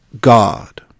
God